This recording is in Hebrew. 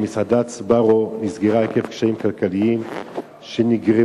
כי מסעדת "סבארו" נסגרה עקב קשיים כלכליים שנגרמו